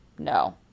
no